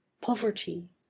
poverty